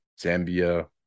Zambia